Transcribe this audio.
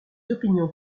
opinions